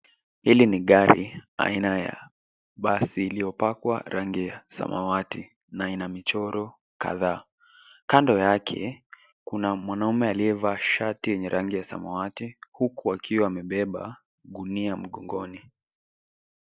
Hili ni gari aina ya basi iliyopakwa rangi ya samawati na ina michoro kadhaa. Kando yake kuna mwanaume aliyevaa shati ya rangi ya samawati huku akiwa amebeba gunia mgongoni.